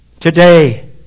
Today